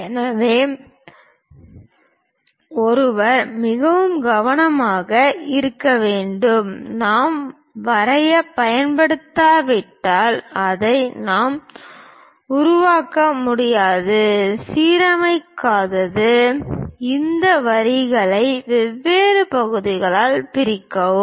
எனவே ஒருவர் மிகவும் கவனமாக இருக்க வேண்டும் நாம் வரைவைப் பயன்படுத்தாவிட்டால் இதை நாம் உருவாக்க முடியாது சீரமைக்காதது இந்த வரிகளை வெவ்வேறு பகுதிகளாக பிரிக்கலாம்